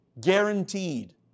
guaranteed